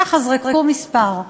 ככה, זרקו מספר.